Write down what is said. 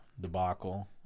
debacle